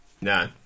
No